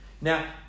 Now